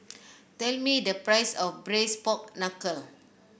tell me the price of Braised Pork Knuckle